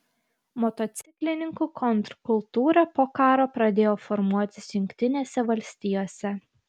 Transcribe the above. motociklininkų kontrkultūra po karo pradėjo formuotis jungtinėse valstijose